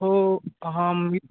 हो हां मी